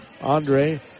Andre